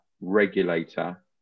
regulator